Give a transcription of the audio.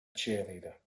cheerleader